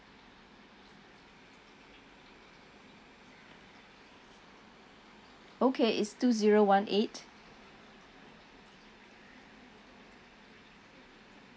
okay it's two zero one eight